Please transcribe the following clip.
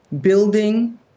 building